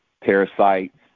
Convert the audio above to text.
parasites